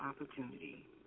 opportunity